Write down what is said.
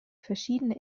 verschiedene